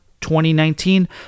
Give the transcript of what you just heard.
2019